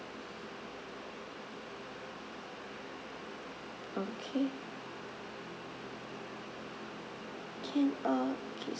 okay can uh K